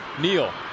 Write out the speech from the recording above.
Neal